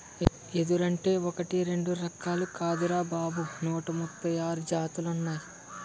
ఎదురంటే ఒకటీ రెండూ రకాలు కాదురా బాబూ నూట ముప్పై ఆరు జాతులున్నాయ్